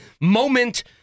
moment